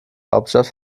hauptstadt